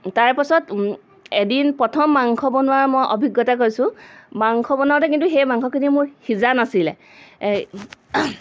তাৰপাছত এদিন প্ৰথম মাংস বনোৱাৰ মই অভিজ্ঞতা কৈছোঁ মাংস বনাওঁতে কিন্তু সেই মাংসখিনি মোৰ সিজা নাছিলে